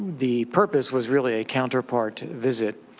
the purpose was really a counterpart visit.